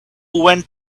went